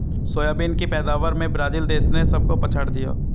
soybean की पैदावार में ब्राजील देश ने सबको पछाड़ दिया